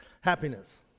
Happiness